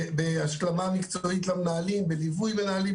בהשלמה מקצועית למנהלים, בליווי מנהלים.